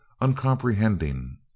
uncomprehending